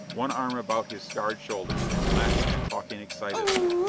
one arm about his scarred shoulders, laughing and talking excitedly,